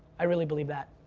i really believe that.